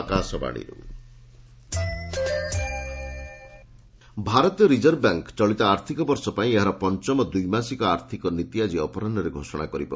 RBI policy review ଭାରତୀୟ reserve bank ଚଳିତ ଆର୍ଥିକ ବର୍ଷ ପାଇଁ ଏହାର ପଞ୍ଚମ ଦ୍ୱିମାସିକ ଆର୍ଥିକ ନୀତି ଆଜି ଅପରାହ୍ନରେ ଘୋଷଣା କରିବ